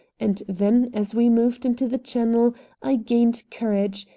and then as we moved into the channel i gained courage,